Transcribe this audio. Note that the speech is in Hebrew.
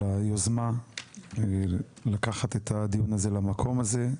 היוזמה לקחת את הדיון הזה למקום הזה,